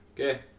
okay